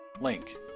Link